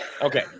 okay